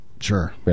Sure